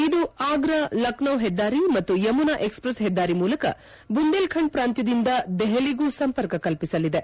ಇದು ಆಗ್ರ ಲಕ್ನಾ ಪೆದ್ದಾರಿ ಮತ್ತು ಯಮುನಾ ಎಕ್ಸ್ಪ್ರೆಸ್ ಹೆದ್ದಾರಿ ಮೂಲಕ ಬುಂದೇಲ್ಖಂಡ್ ಪ್ರಾಂತ್ಯದಿಂದ ದೆಹಲಿಗೂ ಸಂಪರ್ಕ ಕಲ್ಪಿಸಲಿದೆ